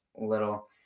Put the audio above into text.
little